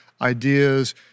ideas